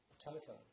telephone